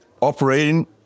operating